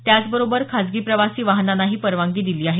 त्याचबरोबर खाजगी प्रवासी वाहनांनाही परवानगी दिली आहे